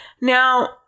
now